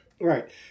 Right